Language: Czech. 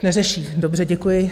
Už neřeší, dobře, děkuji.